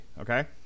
okay